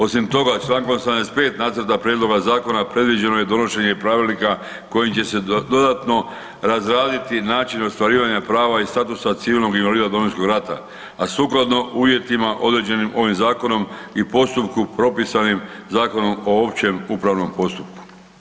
Osim toga Člankom 85. nacrta prijedloga zakona predviđeno je donošenje pravilnika kojim će se dodatno razraditi način ostvarivanja prava i statusa civilnog invalida Domovinskog rata, a sukladno uvjetima određenim ovim zakonom i postupku propisanim Zakonom o općem upravnom postupku.